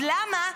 למה?